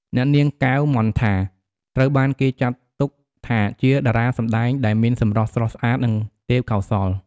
អ្នកនាង កែវ មន្ថា ត្រូវបានគេចាត់ទុកថាជាតារាសម្តែងដែលមានសម្រស់ស្រស់ស្អាតនិងទេពកោសល្យ។